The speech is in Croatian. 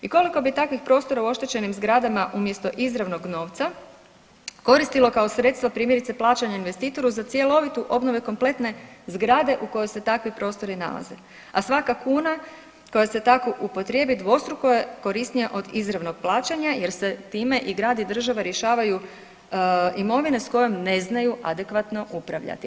I koliko bi takvih prostora u oštećenim zgradama umjesto izravnog novca koristilo kao sredstva primjerice plaćanja investitoru za cjelovitu, obnovu kompletne zgrade u kojoj se takvi prostori nalaze, a svaka kuna koja se tako upotrijebi dvostruko je korisnija od izravnog plaćanja jer se time i grad i država rješavaju imovine s kojom ne znaju adekvatno upravljati.